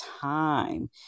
time